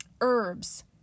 herbs